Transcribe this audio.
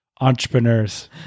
entrepreneurs